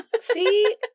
See